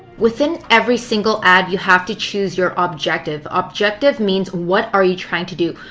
within every single ad, you have to choose your objective. objective means what are you trying to do.